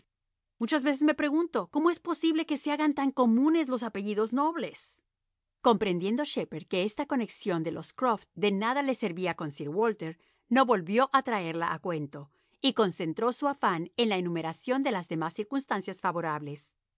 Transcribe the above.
muchas veces me pregunto cómo es posible que se hagan tan comunes los apellidos nobles comprendiendo shepherd que esta conexión de los croft de nada le servía con sir walter no volvió a traerla a cuento y concentró su afán en la enumeración de las demás circunstancias favorables